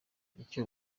icyo